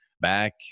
back